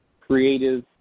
creative